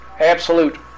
absolute